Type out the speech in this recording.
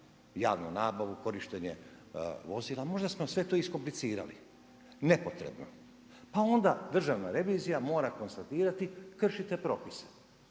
javnu nabavu, korištenje vozila, možda smo sve to iskomplicirali nepotrebno. Pa onda Državna revizija mora konstatirati kršite propise.